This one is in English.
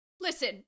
Listen